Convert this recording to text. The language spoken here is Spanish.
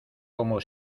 como